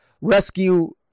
rescue